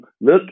look